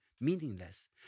meaningless